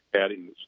adding